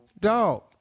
Dog